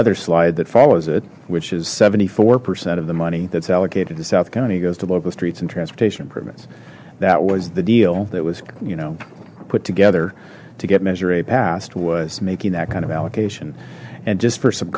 other slide that follows it which is seventy four percent of the money that's allocated to south county goes to local streets and transportation improvements that was the deal that was you know put together to get measure a passed was making that kind of allocation and just for some